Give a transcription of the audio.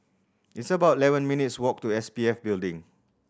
it's about eleven minutes' walk to S P F Building